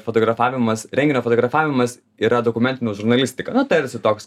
fotografavimas renginio fotografavimas yra dokumentinė žurnalistika tarsi toks